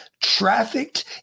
trafficked